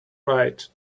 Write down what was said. right